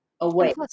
away